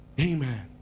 Amen